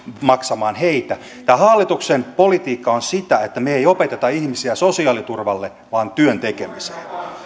maksamaan heitä tämä hallituksen politiikka on sitä että me emme opeta ihmisiä sosiaaliturvalle vaan työn tekemiseen